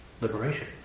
liberation